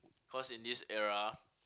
cause in this era